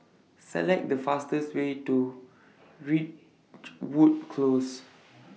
Select The fastest Way to Ridgewood Close